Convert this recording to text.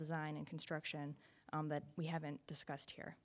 design and construction that we haven't discussed here